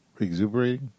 exuberating